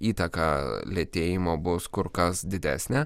įtaka lėtėjimo bus kur kas didesnė